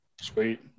Sweet